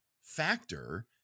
factor